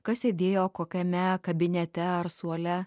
kas sėdėjo kokiame kabinete ar suole